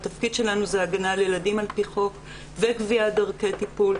התפקיד שלנו זה הגנה על ילדים על-פי חוק וקביעת דרכי טיפול.